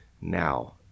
now